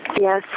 Yes